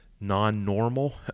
non-normal